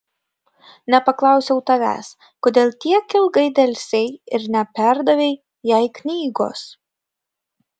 nepaklausiau tavęs kodėl tiek ilgai delsei ir neperdavei jai knygos